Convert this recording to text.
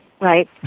Right